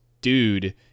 dude